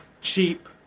cheap